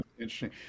interesting